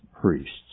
priests